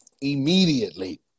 Immediately